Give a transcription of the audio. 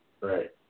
right